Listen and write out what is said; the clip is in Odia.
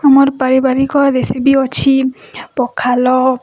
ଆମର ପାରିବାରିକ ରେସିପି ଅଛି ପଖାଲ